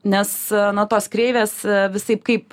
nes na tos kreivės visaip kaip